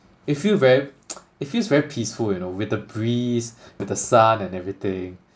you feel very it feels very peaceful you know with the breeze with the sun and everything